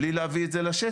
בלי להביא את זה לשטח,